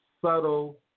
subtle